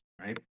right